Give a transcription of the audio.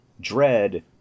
Dread